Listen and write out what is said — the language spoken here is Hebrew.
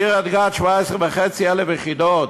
קריית-גת 17,500 יחידות,